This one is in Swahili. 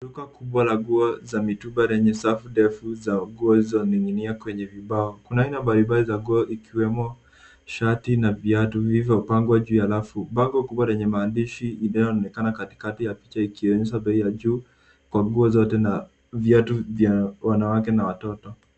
Duka kubwa la nguo za mitumba lenye safu ndefu za nguo zilizoning'iania kwenye vibao. Kuna aina mbalimbali za nguo ikiwemo shati na viatu vilivyopangwa juu ya rafu. Bango kubwa lenye maandishi inayoonekana katikati ya picha ikionyesha bei ya juu kwa nguo zote na viatu vya wanawake na watoto.